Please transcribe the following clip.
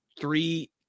three